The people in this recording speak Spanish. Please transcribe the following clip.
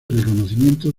reconocimiento